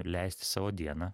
leisti savo dieną